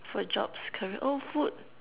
for jobs career oh food